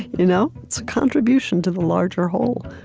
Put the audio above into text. you know it's a contribution to the larger whole,